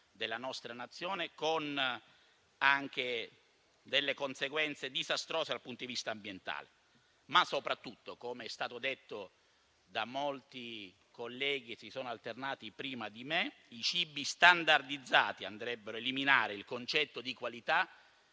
della nostra Nazione, con conseguenze disastrose anche dal punto di vista ambientale. Soprattutto - come è stato detto da molti colleghi che si sono alternati prima di me - i cibi standardizzati andrebbero a eliminare il concetto di qualità,